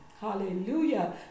hallelujah